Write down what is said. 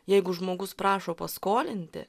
jeigu žmogus prašo paskolinti